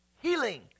healing